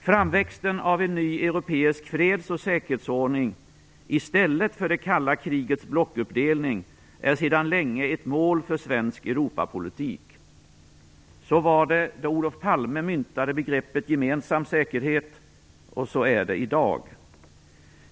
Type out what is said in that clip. Framväxten av en ny europeisk freds och säkerhetsordning, i stället för det kalla krigets blockuppdelning, är sedan länge ett mål för svensk Europapolitik. Så var det när Olof Palme myntade begreppet "gemensam säkerhet", och så är det i dag.